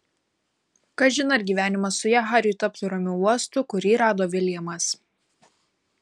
kažin ar gyvenimas su ja hariui taptų ramiu uostu kurį rado viljamas